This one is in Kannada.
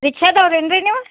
ರೀಕ್ಷಾದವ್ರು ಏನ್ರಿ ನೀವು